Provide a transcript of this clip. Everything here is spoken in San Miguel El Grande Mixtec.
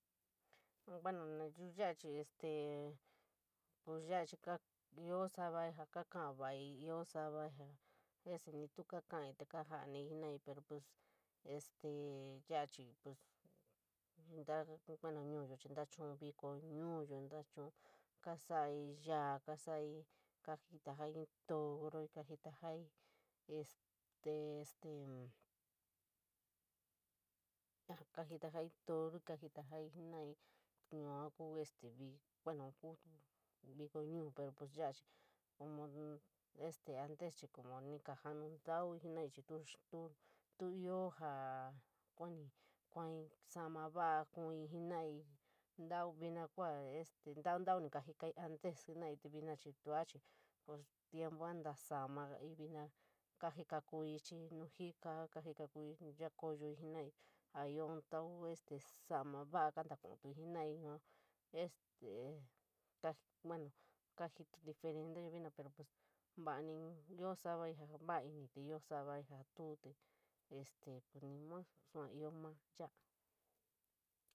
Bueno, navio ya chir te ya chir ioo sava'i ga ka kaii ioo sava'i a vece ni tu kakali, kajalari pero pues este yaka chir pues intaga, bueno nuuyo nta chuu viko nuuyo, kasani yaa, kajita jail ji toro, este este kajita j'ali ji toro, ka jitaj'alali jenoa'ii yua ko viko bueno kuu viko nuu yara chir como chir ni joranu tauii, tu, tu, tu ioo ja kuani, kuani salanya vala kuui jenoa'ii tau vina kai, tau, tau, ni kaji antes vina chir tua chir pues tiempo'u na sama mali vina kajika koi'i ichi nuu jika kajikaku'i, chhakoyo'ii, a ioo in tau solama vala kantakuui jenoa'ii este, bueno kajito diferente'yo vina pero pues nuoni'i pos sava'i vala ini'i te ioo sau tuo te pues ni modos soa ioo ma vala.